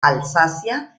alsacia